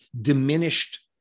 diminished